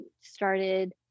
started